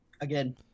Again